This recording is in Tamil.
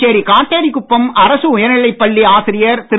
புதுச்சேரி காட்டேரிக்குப்பம் அரசு உயர்நிலைப் பள்ளி ஆசிரியர் திரு